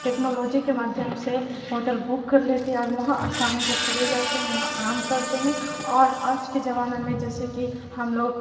technology کے مادھیم سے ہوٹل بک کر لیتے ہیں اور وہاں آسانی سے چلے جاتے ہیں وہاں آرام کرتے ہیں اور آج کے زمانہ میں جیسے کہ ہم لوگ